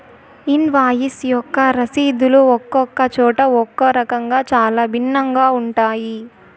invoice యొక్క రసీదులు ఒక్కొక్క చోట ఒక్కో రకంగా చాలా భిన్నంగా ఉంటాయి